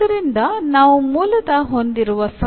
ಆದ್ದರಿಂದ ನಾವು ಮೂಲತಃ ಹೊಂದಿರುವ ಸಂಬಂಧ